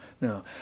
no